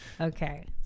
Okay